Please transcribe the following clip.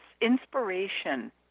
inspiration